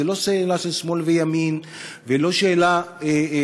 זאת לא שאלה של שמאל וימין ולא שאלה פוליטית,